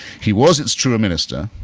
he was it's true a minister.